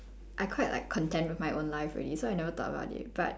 I quite like content with my own life already so I never thought about it but